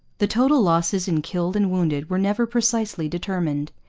the total losses in killed and wounded were never precisely determined.